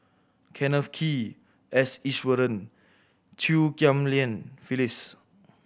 Kenneth Kee S Iswaran Chew Ghim Lian Phyllis